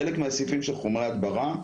חלק מהסעיפים של חומרי ההדברה.